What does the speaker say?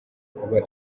kuba